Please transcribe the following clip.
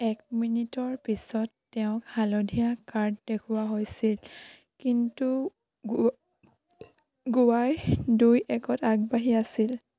এক মিনিটৰ পিছত তেওঁক হালধীয়া কাৰ্ড দেখুওৱা হৈছিল কিন্তু গো গোৱাই দুই একত আগবাঢ়ি আছিল